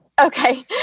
Okay